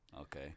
Okay